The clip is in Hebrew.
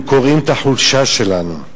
הם קוראים את החולשה שלנו.